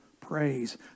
praise